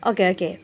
okay okay